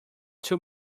too